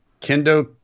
kendo